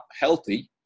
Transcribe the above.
healthy